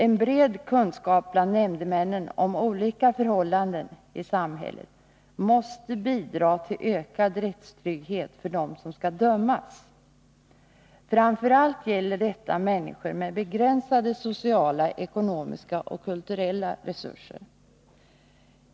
En bred kunskap bland nämndemännen om olika förhållanden i samhället måste bidra till ökad rättstrygghet för dem som skall dömas. Framför allt gäller detta människor med begränsade sociala, ekonomiska och kulturella resurser.